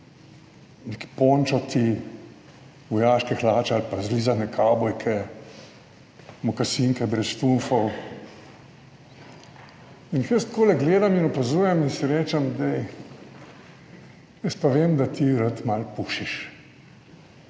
neki pončoti, vojaške hlače ali pa zlizane kavbojke, mukasinke brez štumfov. In jaz takole gledam in opazujem in si rečem, da jaz pa vem, da ti rad malo pušiš